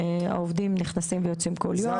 העובדים נכנסים ויוצאים כל יום.